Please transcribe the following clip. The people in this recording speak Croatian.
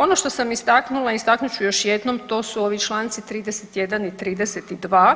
Ono što sam istaknula, istaknut ću još jednom, to su ovi čl. 31. i 32.,